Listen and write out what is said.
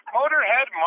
Motorhead